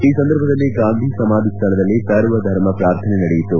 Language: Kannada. ಈ ಸಂದರ್ಭದಲ್ಲಿ ಗಾಂಧೀ ಸಮಾಧಿ ಸ್ಥಳದಲ್ಲಿ ಸರ್ವಧರ್ಮ ಪ್ರಾರ್ಥನೆ ನಡೆಯಿತು